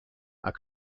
are